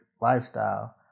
lifestyle